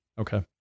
Okay